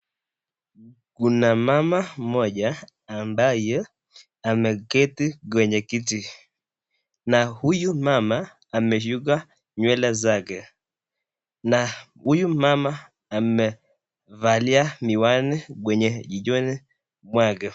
Kuna mama mmoja ambaye ameketi kwenye kiti na huyu mama ameshuka nywele zake na huyu mama amevalia miwani kwenye kichwani mwake.